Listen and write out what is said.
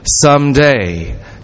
Someday